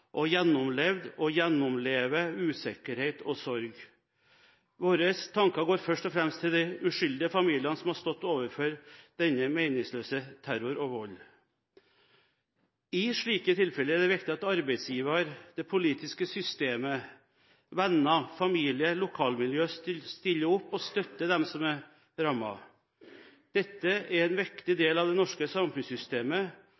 og som har gjennomlevd, og gjennomlever, usikkerhet og sorg. Våre tanker går først og fremst til de uskyldige familiene som har stått overfor denne meningsløse terroren og volden. I slike tilfeller er det viktig at arbeidsgiver, det politiske systemet, venner, familie og lokalmiljøet stiller opp og støtter dem som er rammet. Det er en viktig